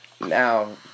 Now